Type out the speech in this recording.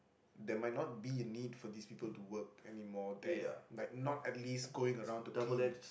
there might not be a need for these people to work anymore there like not at least going around to clean